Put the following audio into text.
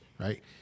right